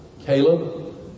Caleb